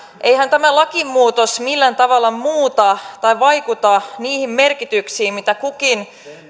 eihän tämä lakimuutos millään tavalla muuta tai vaikuta niihin merkityksiin mitä kukin